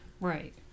right